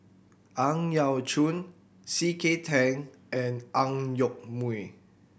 Ang Yau Choon C K Tang and Ang Yoke Mooi